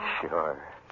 Sure